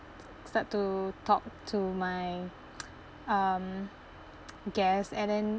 start to talk to my um guests and then